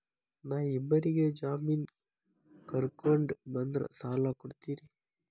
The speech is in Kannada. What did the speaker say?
ನಾ ಇಬ್ಬರಿಗೆ ಜಾಮಿನ್ ಕರ್ಕೊಂಡ್ ಬಂದ್ರ ಸಾಲ ಕೊಡ್ತೇರಿ?